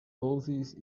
oasis